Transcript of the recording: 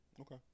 Okay